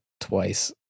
twice